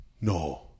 no